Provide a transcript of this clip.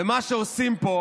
ומה שעושים פה